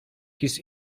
his